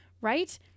right